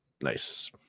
nice